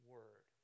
Word